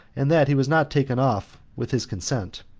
and that he was not taken off with his consent.